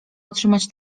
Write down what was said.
otrzymać